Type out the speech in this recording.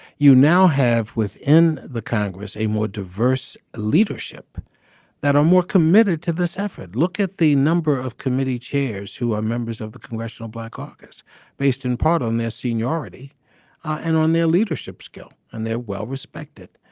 you now have within the congress a more diverse leadership that are more committed to this effort. look at the number of committee chairs who are members of the congressional black caucus based in part on their seniority and on their leadership skill and they're well respected.